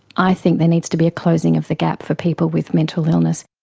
i think there needs to be a closing of the gap for people with mental illness.